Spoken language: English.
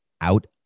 out